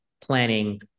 planning